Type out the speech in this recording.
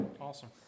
Awesome